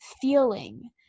feeling